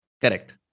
Correct